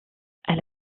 elle